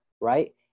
right